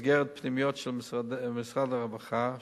במסגרת פנימיות של משרד הרווחה,